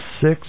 six